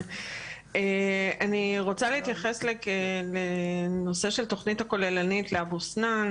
אני רוצה להתייחס לנושא של התכנית הכוללנית לאבו סנאן.